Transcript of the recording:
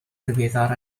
ddiweddar